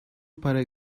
para